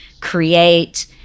create